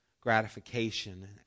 gratification